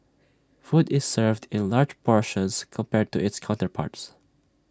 food is served in large portions compared to its counterparts